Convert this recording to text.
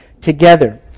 together